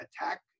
attack